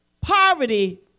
poverty